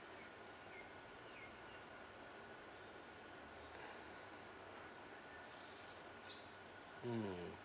mm